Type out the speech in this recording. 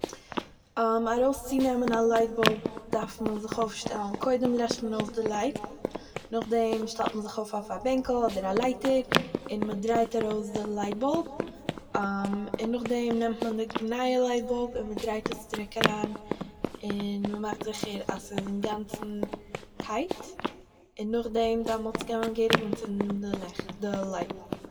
ארויסצונעמען א לייט באלב דארף מען זיך אויפשטעלן, קודם לעשט מען אויס די לייט, נאכדעם שטעלט מען זיך אויף אויף א בענקל אדער א לייטער, און מ'דרייט ארויס די לייט באלב, און נאכדעם נעמט מען די נייע לייט באלב און מ'דרייט עס צוריק אריין און מ'מאכט זיכער אז ס'איז אינגאנצן טייט, און נאכדעם דעמאלטס קען מען געהעריג אנצינדן די לעכט- די לייט